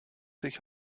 sich